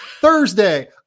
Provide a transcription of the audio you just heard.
Thursday